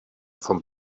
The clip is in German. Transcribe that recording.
vom